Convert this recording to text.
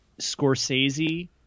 Scorsese